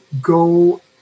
go